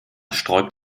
sträubt